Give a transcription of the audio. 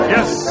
Yes